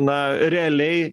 na realiai